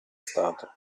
stato